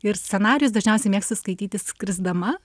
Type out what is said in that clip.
ir scenarijus dažniausiai mėgstu skaityti skrisdama